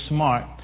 Smart